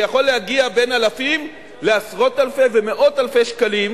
שיכול להגיע בין אלפי שקלים לעשרות אלפי ומאות אלפי שקלים,